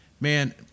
man